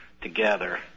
together